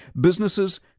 Businesses